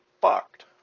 fucked